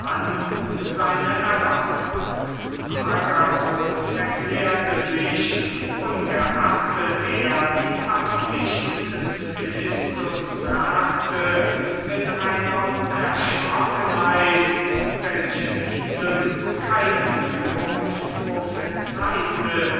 seine erwartung agathon erklärte sich ungeachtet er die absicht des philistus merkte mit einer unerschrockenheit welche diesem keinen